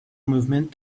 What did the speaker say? movement